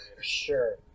Sure